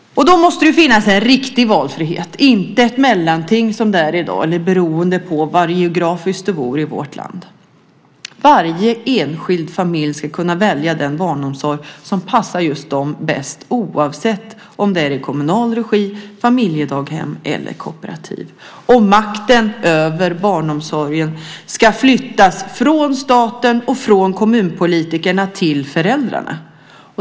Då måste det finnas en riktig valfrihet, inte ett mellanting som det finns i dag. Det ska inte vara beroende på var du bor geografiskt i vårt land. Varje enskild familj ska kunna välja den barnomsorg som passar just den bäst oavsett om det är i kommunal regi, familjedaghem eller kooperativ. Makten över barnomsorgen ska flyttas från staten och kommunpolitikerna till föräldrarna.